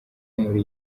muri